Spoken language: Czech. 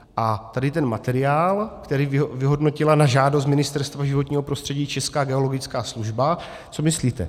A tady ten materiál, který vyhodnotila na žádost Ministerstva životního prostředí Česká geologická služba co myslíte?